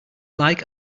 like